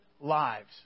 lives